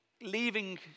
leaving